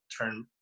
turn